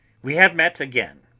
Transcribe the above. we have met again.